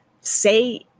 say